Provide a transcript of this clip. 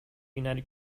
united